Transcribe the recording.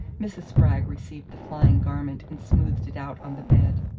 mrs. spragg received the flying garment and smoothed it out on the bed.